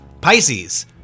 Pisces